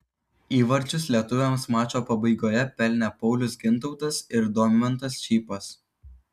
įvarčius lietuviams mačo pabaigoje pelnė paulius gintautas ir domantas čypas